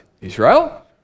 Israel